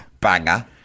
Banger